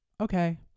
okay